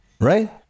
right